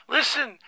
Listen